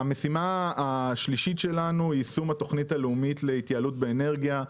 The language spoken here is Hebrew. המשימה השלישית שלנו היא יישום התוכנית הלאומית להתייעלות באנרגיה.